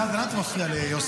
סעדה מפריע לי.